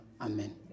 Amen